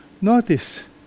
Notice